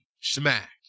Smack